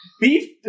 Beef